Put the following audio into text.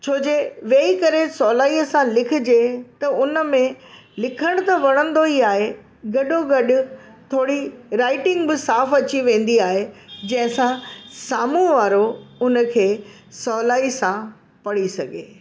छो जे वेहि करे सवलाईअ सां लिखजे त उनमें लिखण त वणंदो ई आहे गॾो गॾु थोरी राइटिंग बि साफ़ अची वेंदी आहे जंहिंसा साम्हूं वारो उनखे सवलाई सां पढ़ी सघे